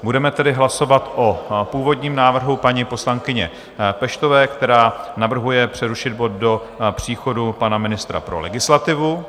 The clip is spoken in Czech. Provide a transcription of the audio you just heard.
Budeme tedy hlasovat o původním návrhu paní poslankyně Peštové, která navrhuje přerušit bod do příchodu pana ministra pro legislativu.